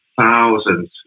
thousands